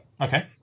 Okay